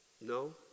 no